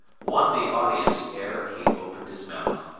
won the audience ere he opened his mouth.